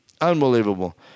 Unbelievable